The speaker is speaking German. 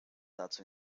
dazu